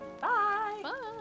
Bye